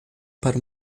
para